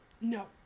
No